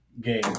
game